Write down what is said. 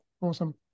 Awesome